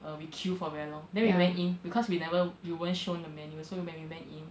uh we queue for very long then we went in because we never we weren't shown the menu so when we went in